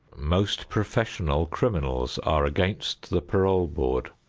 most professional criminals are against the parole board.